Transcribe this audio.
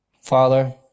father